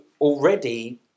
already